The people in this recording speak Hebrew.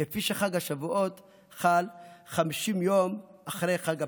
כפי שחג השבועות חל 50 יום אחרי חג הפסח.